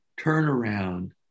turnaround